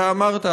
אתה אמרת,